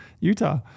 Utah